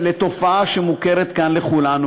זו תופעה שמוכרת כאן לכולנו,